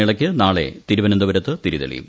മേളയ്ക്ക് ഇന്ന് തിരുവനന്തപുരത്ത് തിരി തെളിയും